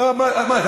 כן.